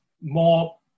more